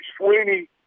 Sweeney